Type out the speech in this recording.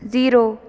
zero